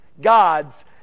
God's